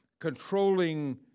controlling